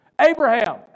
Abraham